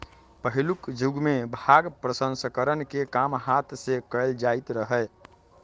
पहिलुक जुगमें भांग प्रसंस्करण के काम हात से कएल जाइत रहै